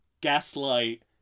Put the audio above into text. gaslight